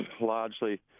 largely